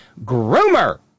groomer